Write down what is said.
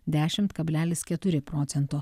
dešimt kablelis keturi procento